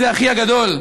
חיליק זה אחי הגדול.